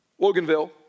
Loganville